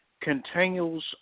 continues